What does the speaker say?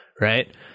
Right